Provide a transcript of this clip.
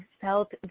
felt